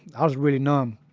i was really numb.